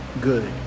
good